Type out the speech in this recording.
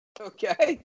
okay